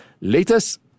latest